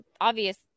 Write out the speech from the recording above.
obvious